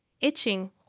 itching